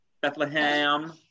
Bethlehem